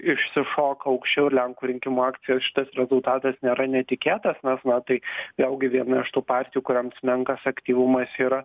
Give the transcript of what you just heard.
išsišoka aukščiau ir lenkų rinkimų akcijoj šitas rezultatas nėra netikėtas nes na tai vėlgi viena iš tų partijų kurioms menkas aktyvumas yra